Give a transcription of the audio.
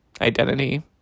identity